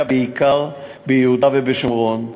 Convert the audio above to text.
בעיקר ביהודה ובשומרון.